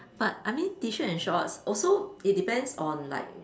but I mean T-shirt and shorts also it depends on like